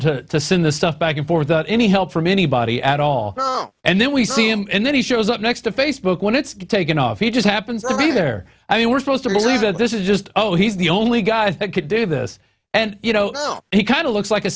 to send the stuff back and forth any help from anybody at all and then we see him and then he shows up next to facebook when it's taken off he just happens to be there i mean we're supposed to believe that this is just so he's the only guy that could do this and you know he kind of looks like a